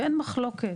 ואין מחלוקת.